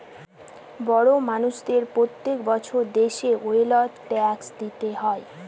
বড় মানষদের প্রত্যেক বছর দেশের ওয়েলথ ট্যাক্স দিতে হয়